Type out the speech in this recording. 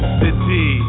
city